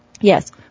Yes